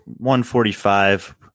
145